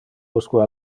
usque